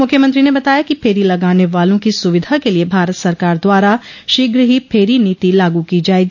मुख्यमंत्री ने बताया कि फेरी लगाने वालों की सुविधा के लिए भारत सरकार द्वारा शीघ्र ही फेरी नीति लागू की जायेगी